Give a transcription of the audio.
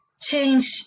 change